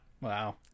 Wow